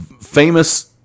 famous